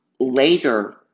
later